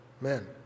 men